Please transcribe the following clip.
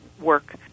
work